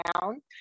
down